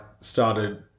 started